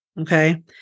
Okay